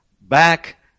back